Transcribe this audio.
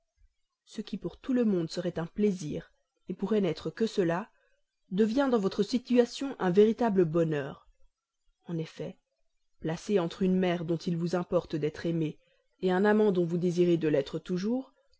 ce qui pour tout le monde serait un plaisir pourrait n'être que cela devient dans votre situation un véritable bonheur en effet placée entre une mère dont il vous importe d'être aimée un amant dont vous désirez de l'être toujours